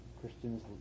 Christians